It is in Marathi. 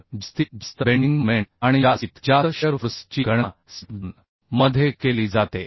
तर जास्तीत जास्त बेन्डिंग मोमेंट आणि जास्तीत जास्त शीअर फोर्स ची गणना स्टेप 2 मध्ये केली जाते